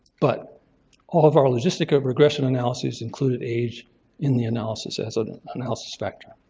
but all of our logistical regression analyses included age in the analysis as an analysis factor.